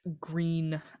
green